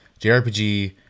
JRPG